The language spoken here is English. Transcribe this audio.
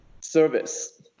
service